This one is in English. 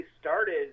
started